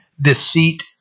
deceit